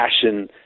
passion